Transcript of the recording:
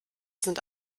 sind